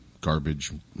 garbage